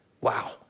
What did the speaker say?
Wow